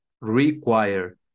require